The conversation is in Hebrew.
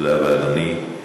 תודה רבה, אדוני.